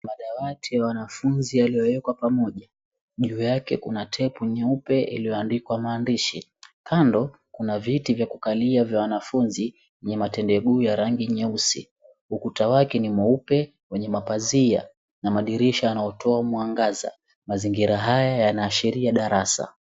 Madawati ya wanafunzi iliyowekwa pamoja, juu yake kuna tape nyeupe iliyo na maandishi kando kuna viti vya kukalia vya wanafunzi vyenye matendeguu ya rangi nyeusi, ukuta wake ni mweupe wenye mapazia madirisha yanayotoa mwangaza mazingira haya yanaashiria darasa.